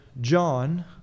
John